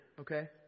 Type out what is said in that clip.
okay